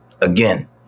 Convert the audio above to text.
Again